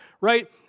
right